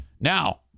Now